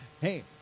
hey